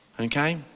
okay